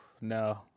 No